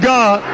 God